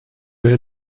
est